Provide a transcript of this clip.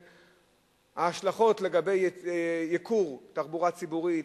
השלכות לגבי ייקור הנסיעות בתחבורה הציבורית,